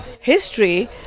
history